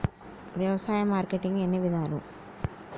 వ్యవసాయ మార్కెటింగ్ ఎన్ని విధాలు?